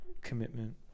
commitment